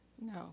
No